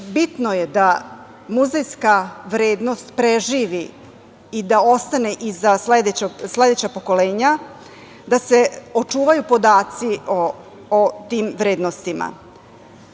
bitno je da muzejska vrednost preživi i da ostane i za sledeća pokoljenja, da se očuvaju podaci o tim vrednostima,